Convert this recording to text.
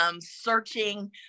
searching